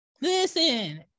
Listen